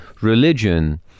religion